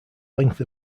length